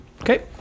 okay